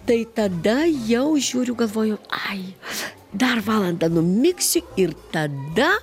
tai tada jau žiūriu galvoju ai dar valandą numigsiu ir tada